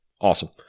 Awesome